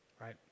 Right